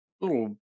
little